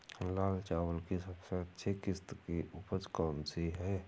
लाल चावल की सबसे अच्छी किश्त की उपज कौन सी है?